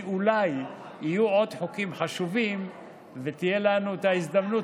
כי אולי יהיו עוד חוקים חשובים ותהיה לנו את ההזדמנות